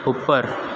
ઉપર